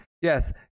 Yes